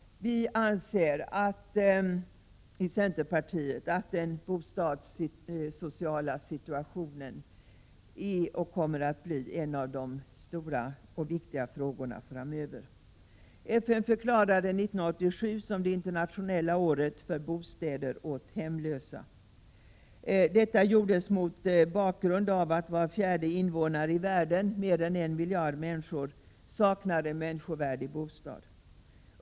Vi anser i centerpartiet att den bostadssociala situationen är och än mer kommer att bli en av de stora och viktiga frågorna. FN förklarade 1987 som det Internationella året för bostäder åt hemlösa. Detta gjordes mot bakgrund av att var fjärde invånare i världen — mer än en miljard människor — saknar en människovärdig bostad.